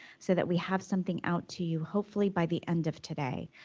so that we have something out to you hopefully by the end of today.